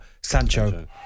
Sancho